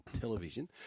television